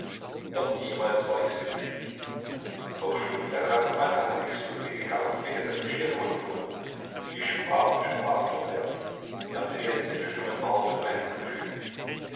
noch niemals war ich so glücklich auch schon in der kasematte hatte ich so selige augenblicke daß ich schier verrückt wurde ich sprach und sprach fortwährend erzählte den stummen mauern von meinen gefühlen